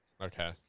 Okay